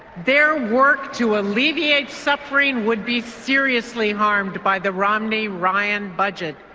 their work to alleviate suffering would be seriously harmed by the romney-ryan budget.